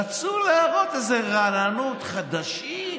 רצו להראות איזו רעננות חדשה.